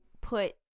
put